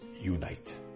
unite